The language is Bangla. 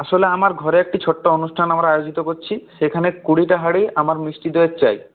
আসলে আমার ঘরে একটি ছোট্ট অনুষ্ঠান আমরা আয়োজন করছি সেখানে কুড়িটা হাঁড়ি আমার মিষ্টি দইয়ের চাই